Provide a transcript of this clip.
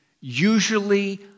usually